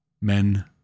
men